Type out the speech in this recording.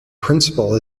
principle